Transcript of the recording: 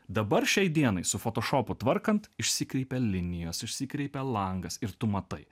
dabar šiai dienai su fotošopu tvarkant išsikreipia linijos išsikreipia langas ir tu matai